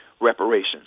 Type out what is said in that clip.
reparations